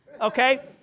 okay